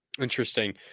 Interesting